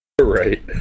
Right